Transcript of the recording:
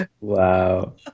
Wow